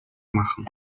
machen